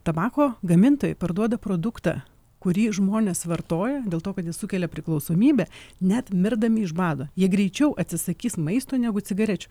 tabako gamintojai parduoda produktą kurį žmonės vartoja dėl to kad jis sukelia priklausomybę net mirdami iš bado jie greičiau atsisakys maisto negu cigarečių